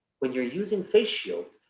when you're using face shield,